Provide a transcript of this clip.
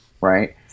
Right